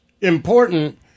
important